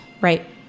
Right